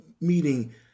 meeting